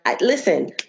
Listen